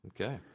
okay